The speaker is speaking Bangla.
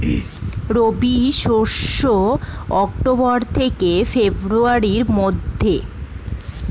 রবি মৌসুম অক্টোবর থেকে ফেব্রুয়ারির মধ্যে